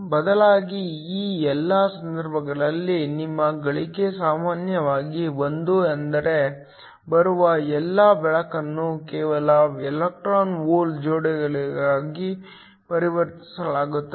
ಬದಲಾಗಿ ಈ ಎಲ್ಲಾ ಸಂದರ್ಭಗಳಲ್ಲಿ ನಿಮ್ಮ ಗಳಿಕೆ ಸಾಮಾನ್ಯವಾಗಿ 1 ಅಂದರೆ ಬರುವ ಎಲ್ಲಾ ಬೆಳಕನ್ನು ಕೇವಲ ಎಲೆಕ್ಟ್ರಾನ್ ಹೋಲ್ ಜೋಡಿಗಳಾಗಿ ಪರಿವರ್ತಿಸಲಾಗುತ್ತದೆ